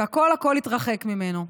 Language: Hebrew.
והכול הכול התרחק ממנו.